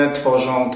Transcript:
tworzą